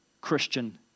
Christian